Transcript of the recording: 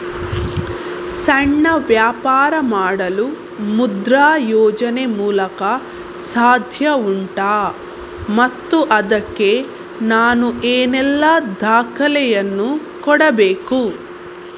ಸಣ್ಣ ವ್ಯಾಪಾರ ಮಾಡಲು ಮುದ್ರಾ ಯೋಜನೆ ಮೂಲಕ ಸಾಧ್ಯ ಉಂಟಾ ಮತ್ತು ಅದಕ್ಕೆ ನಾನು ಏನೆಲ್ಲ ದಾಖಲೆ ಯನ್ನು ಕೊಡಬೇಕು?